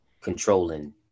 controlling